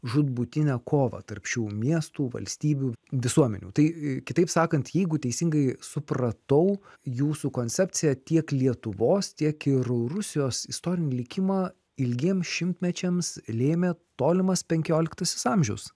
žūtbūtinę kovą tarp šių miestų valstybių visuomenių tai kitaip sakant jeigu teisingai supratau jūsų koncepcija tiek lietuvos tiek ir rusijos istorinį likimą ilgiems šimtmečiams lėmė tolimas penkioliktasis amžiaus